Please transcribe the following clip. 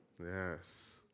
Yes